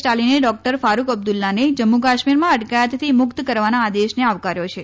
સ્ટાલિને doctor Farooq અબ્દુલ્લાને જમ્મુકાશ્મીરમાં અટકાયતથી મુક્ત કરવાના આદેશને આવકાર્યો છે